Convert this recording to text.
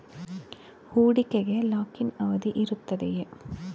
ಹೂಡಿಕೆಗೆ lock in ಅವಧಿ ಇರುತ್ತದೆಯೇ?